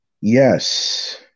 Yes